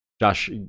Josh